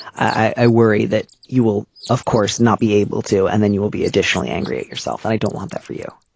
i worry that you will of course not be able to. and then you will be additionally angry at yourself and i don't want that for you